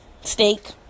steak